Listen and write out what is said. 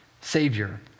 Savior